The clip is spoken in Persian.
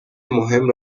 مهم